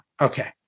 Okay